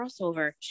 crossover